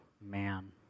man